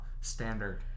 standard